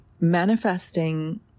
manifesting